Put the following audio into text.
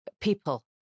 people